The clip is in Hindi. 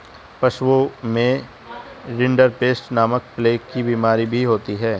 पशुओं में रिंडरपेस्ट नामक प्लेग की बिमारी भी होती है